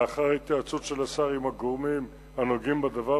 לאחר התייעצות של השר עם הגורמים הנוגעים בדבר,